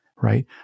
Right